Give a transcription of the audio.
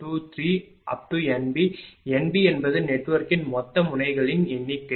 NB என்பது நெட்வொர்க்கின் மொத்த முனைகளின் எண்ணிக்கை